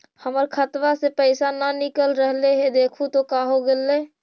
हमर खतवा से पैसा न निकल रहले हे देखु तो का होगेले?